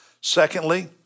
Secondly